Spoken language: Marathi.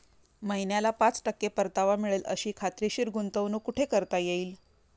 महिन्याला पाच टक्के परतावा मिळेल अशी खात्रीशीर गुंतवणूक कुठे करता येईल?